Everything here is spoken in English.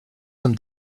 some